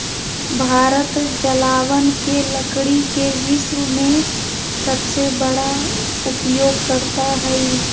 भारत जलावन के लकड़ी के विश्व में सबसे बड़ा उपयोगकर्ता हइ